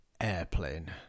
Airplane